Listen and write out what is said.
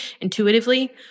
intuitively